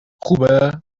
خوبه